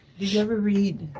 you you ever read,